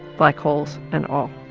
black holes and all.